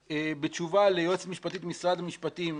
בתשובה ליועצת משפטית במשרד המשפטים,